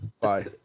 Bye